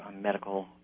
medical